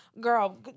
girl